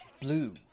blue